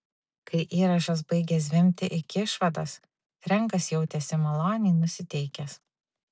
kai įrašas baigė zvimbti iki išvados frenkas jautėsi maloniai nusiteikęs